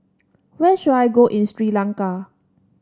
where should I go in Sri Lanka